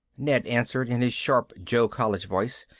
ned answered in his sharp joe-college voice.